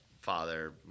father